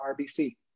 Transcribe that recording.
RBC